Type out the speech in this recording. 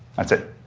that's it.